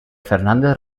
fernández